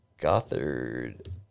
Gothard